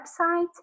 website